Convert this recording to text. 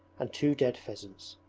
and two dead pheasants.